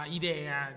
idea